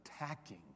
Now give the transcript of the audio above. attacking